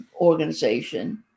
organization